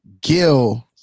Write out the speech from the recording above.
Gil